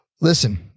listen